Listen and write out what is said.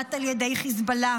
ונשלט על ידי חיזבאללה,